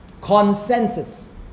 consensus